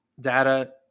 data